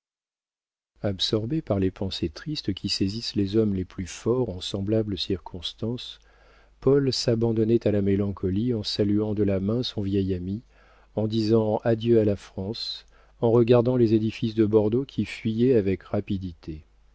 absorbé par les pensées tristes qui saisissent les hommes les plus forts en semblables circonstances paul s'abandonnait à la mélancolie en saluant de la main son vieil ami en disant adieu à la france en regardant les édifices de bordeaux qui fuyaient avec rapidité